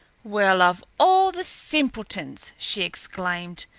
well, of all the simpletons! she exclaimed.